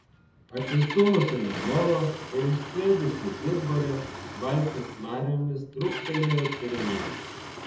atsistūmusi nuo molo ir išskleidusi didburę valtis mariomis trūktelėjo pirmyn